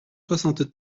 soixante